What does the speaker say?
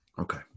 Okay